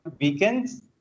weekends